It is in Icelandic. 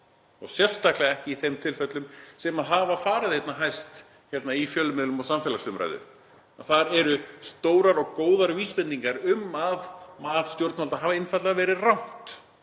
og sérstaklega ekki í þeim tilfellum sem hafa farið einna hæst hérna í fjölmiðlum og samfélagsumræðu. Þar eru stórar og góðar vísbendingar um að mat stjórnvalda hafi einfaldlega verið rangt.